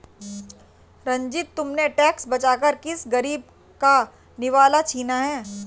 रंजित, तुमने टैक्स बचाकर किसी गरीब का निवाला छीना है